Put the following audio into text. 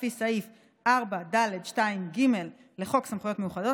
לפי סעיף 4(ד)(2)(ג) לחוק סמכויות מיוחדות